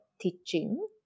teaching